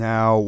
Now